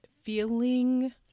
feeling